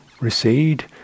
recede